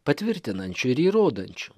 patvirtinančiu ir įrodančiu